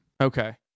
Okay